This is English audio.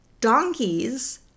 Donkeys